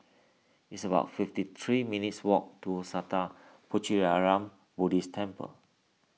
it's about fifty three minutes' walk to Sattha Puchaniyaram Buddhist Temple